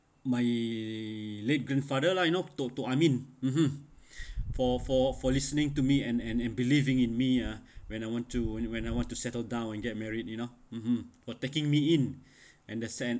my late grandfather lah you know tok tok amin (uh huh) for for for listening to me and and and believing in me ah when I want to and when I want to settle down and get married you know mmhmm for taking me in and the and